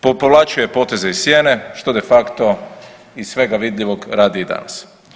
Povlačio je poteze iz sjene što de facto iz svega vidljivog radi i danas.